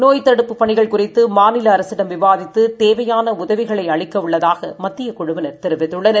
நோய்த்தடுப்புபணிகள்குறித்துமாநிலஅரசிடம்விவாதித் து தேவையானஉதவிகளைஅளிக்கவுள்ளதாகமத்தியகுழுவி னர்தெரிவித்துள்ளனர்